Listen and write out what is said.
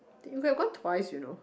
you could have gone twice you know